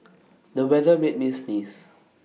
the weather made me sneeze